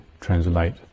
translate